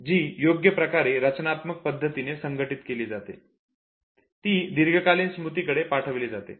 जी योग्य प्रकारे रचनात्मक पद्धतीने संघटित केली जाते ती दीर्घकालीन स्मृती कडे पाठवली जाते